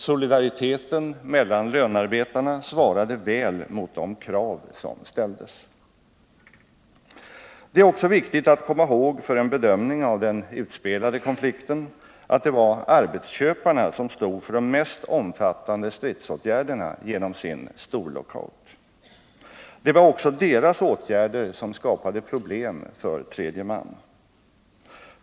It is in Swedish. Solidariteten mellan lönarbetarna svarade väl mot de krav som ställdes. Det är också viktigt att komma ihåg, för en bedömning av den utspelade konflikten, att det var arbetsköparna som stod för de mest omfattande stridsåtgärderna genom sin storlockout. Det var också deras åtgärder som skapade problem för tredje man.